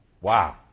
Wow